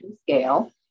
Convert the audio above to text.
scale